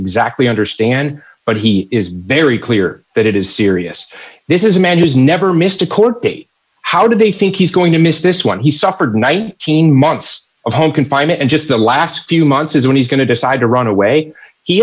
exactly understand but he is very clear that it is serious this is a man who's never missed a court date how do they think he's going to miss this one he suffered nineteen months of home confinement and just the last few months is when he's going to decide to run away he